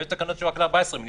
יהיו תקנות שהן רק ל-14 ימים,